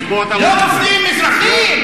לא נופלים אזרחים?